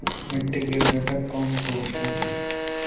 मिट्टी के घटक कौन से होते हैं?